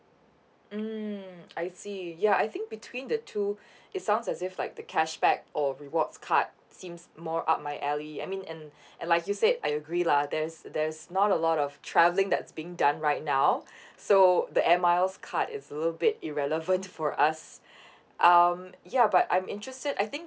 mm I see ya I think between the two it's sounds as if like the cashback or rewards card seems more up my alley I mean in and like you said I agree lah there's there's not a lot of travelling that's being done right now so the air miles card is a little bit irrelevant for us um ya but I'm interested I think